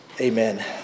Amen